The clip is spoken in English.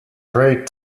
great